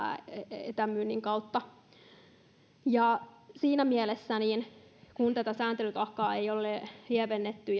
etämyynnin kautta siinä mielessä kun tätä sääntelytaakkaa ei ole lievennetty